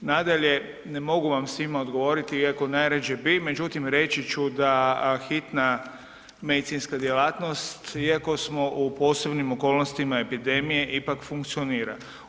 Nadalje, ne mogu vam svima odgovoriti iako najrađe bi, međutim reći ću da hitna medicinska djelatnost iako smo u posebnim okolnostima epidemije ipak funkcionira.